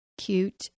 cute